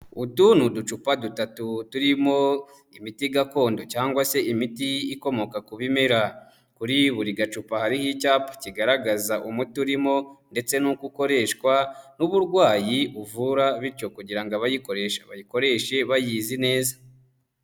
Utu ni uducupa dutatu turimo imiti gakondo cyangwa se imiti ikomoka ku bimera. Kuri buri gacupa hariho icyapa kigaragaza umuti urimo ndetse n'uko ukoreshwa, n'uburwayi uvura bityo kugira ngo abayikoresha bayikoreshe bayizi neza.